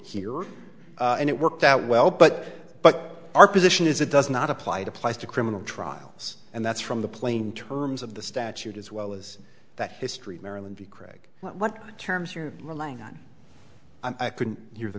here and it worked out well but but our position is it does not apply it applies to criminal trials and that's from the plain terms of the statute as well as that history maryland v craig what terms you're relying on i couldn't hear the